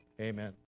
Amen